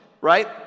right